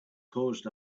caused